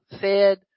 fed